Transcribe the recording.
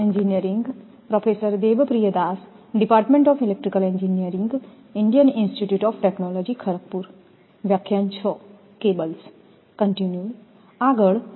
આગળ paper insulated cables છે